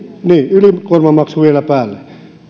ylikuormamaksu vielä päälle